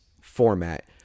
format